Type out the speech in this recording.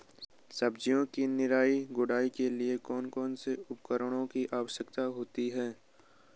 सब्जियों की निराई गुड़ाई के लिए कौन कौन से उपकरणों की आवश्यकता होती है?